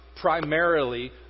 primarily